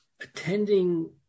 attending